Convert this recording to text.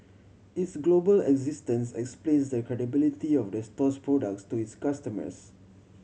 its global existence explains the credibility of the store's products to its customers